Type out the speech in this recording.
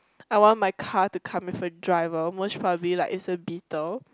I want my car to come with a driver much probably like it's a beetle